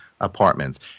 apartments